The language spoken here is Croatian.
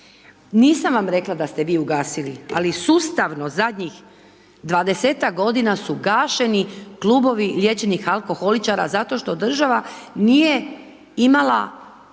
Nisam vam rekla da ste vi ugasili ali sustavno zadnjih 20-ak godina su gašeni klubovi liječenih alkoholičara zato što država nije imala